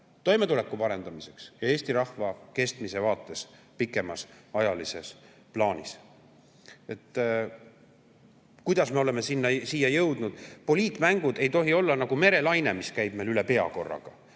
toimetuleku parendamiseks ja eesti rahva kestmise vaates pikemas ajalises plaanis. Kuidas me oleme siia jõudnud? Poliitmängud ei tohi olla nagu merelaine, mis käib meil üle pea korraga.